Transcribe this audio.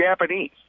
Japanese